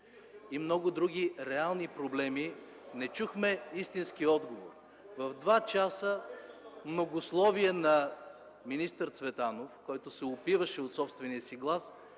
и много други реални проблеми, не чухме истински отговор. В два часа многословие на министър Цветанов, който се опиваше от собствения си глас,